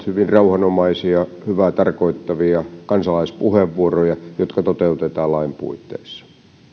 hyvin rauhanomaisia hyvää tarkoittavia kansalaispuheenvuoroja jotka toteutetaan lain puitteissa